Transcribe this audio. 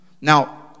Now